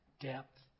depth